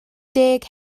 deg